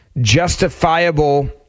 justifiable